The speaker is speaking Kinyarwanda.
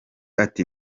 ati